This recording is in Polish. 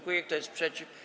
Kto jest przeciw?